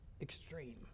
extreme